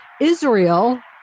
Israel